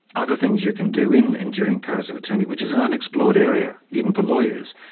other things you can do in enduring powers of attorney, which is an unexplored area, even for lawyers,